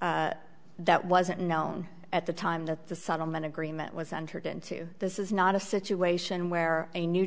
that wasn't known at the time that the settlement agreement was entered into this is not a situation where a new